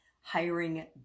hiring